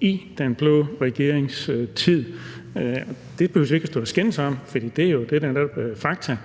i den blå regerings tid. Det behøver vi ikke at stå og skændes om, for det er jo netop fakta.